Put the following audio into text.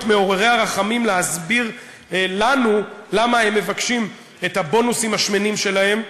מעוררי הרחמים להסביר לנו למה הם מבקשים את הבונוסים השמנים שלהם.